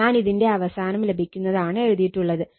ഞാൻ ഇതിന്റെ അവസാനം ലഭിക്കുന്നതാണ് എഴുതിയിട്ടുള്ളത്